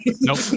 nope